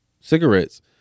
Cigarettes